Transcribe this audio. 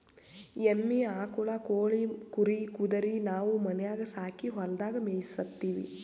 ಎಮ್ಮಿ ಆಕುಳ್ ಕೋಳಿ ಕುರಿ ಕುದರಿ ನಾವು ಮನ್ಯಾಗ್ ಸಾಕಿ ಹೊಲದಾಗ್ ಮೇಯಿಸತ್ತೀವಿ